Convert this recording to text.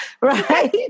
Right